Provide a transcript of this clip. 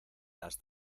las